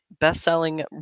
best-selling